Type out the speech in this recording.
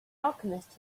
alchemist